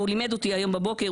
הוא לימד אותי היום בבוקר,